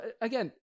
again